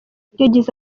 yagize